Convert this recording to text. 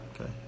Okay